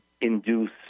induce